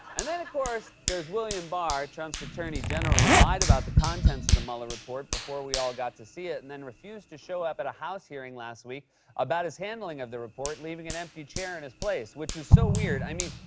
and then, of course, there's william barr, trump's attorney general who lied about the contents of the mueller report before we all got to see it and then refused to show up at a house hearing last week about his handling of the report, leaving an empty chair in his place, which was so weird. i mean,